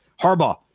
Harbaugh